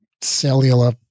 cellular